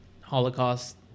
Holocaust